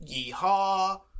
Yeehaw